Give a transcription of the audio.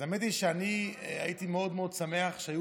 אז האמת היא שאני הייתי מאוד מאוד שמח שהיו